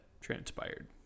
transpired